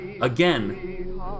Again